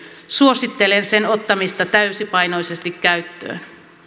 suosittelen sen ottamista täysipainoisesti käyttöön